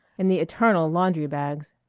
and the eternal laundry-bags.